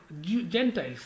Gentiles